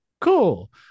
Cool